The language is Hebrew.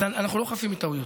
אז אנחנו לא חפים מטעויות,